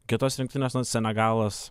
kitos rinktinės senegalas